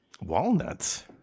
Walnuts